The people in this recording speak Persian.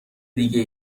دیگه